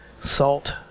salt